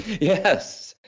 Yes